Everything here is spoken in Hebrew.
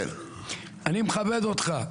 אני מכבד אותך,